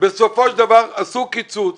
אבל בסופו של דבר עשו קיצוץ